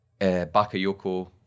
Bakayoko